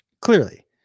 Clearly